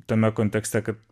tame kontekste kad